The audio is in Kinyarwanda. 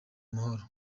amahoro